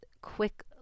quick